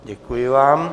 Děkuji vám.